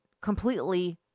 completely